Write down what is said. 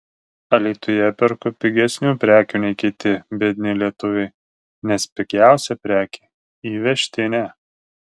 alytuje perku pigesnių prekių nei kiti biedni lietuviai nes pigiausia prekė įvežtinė